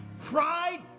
Pride